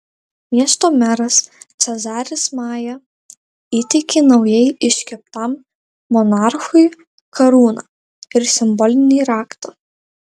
miesto meras cezaris maja įteikė naujai iškeptam monarchui karūną ir simbolinį raktą